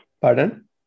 pardon